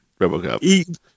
RoboCop